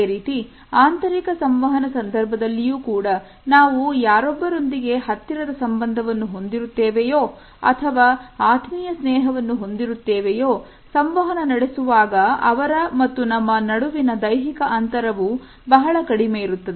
ಅದೇ ರೀತಿ ಆಂತರಿಕ ಸಂವಹನ ಸಂದರ್ಭದಲ್ಲಿಯೂ ಕೂಡ ನಾವು ಯಾರ್ ಒಬ್ಬರೊಂದಿಗೆ ಹತ್ತಿರದ ಸಂಬಂಧವನ್ನು ಹೊಂದಿರುತ್ತವೆಯೋ ಅಥವಾ ಆತ್ಮೀಯ ಸ್ನೇಹವನ್ನು ಹೊಂದಿರುತ್ತೇವೆಯೋ ಸಂವಹನ ನಡೆಸುವಾಗ ಅವರ ಮತ್ತು ನಮ್ಮ ನಡುವಿನ ದೈಹಿಕ ಅಂತರವು ಬಹಳ ಕಡಿಮೆ ಇರುತ್ತದೆ